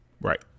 Right